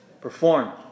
perform